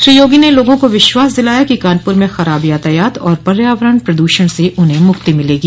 श्री योगी ने लोगों को विश्वास दिलाया कि कानपुर में खराब यातायात और पर्यावरण प्रदूषण से उन्हें मुक्ति मिलेगी